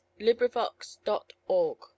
LibriVox.org